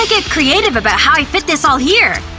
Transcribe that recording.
ah get creative about how i fit this all here,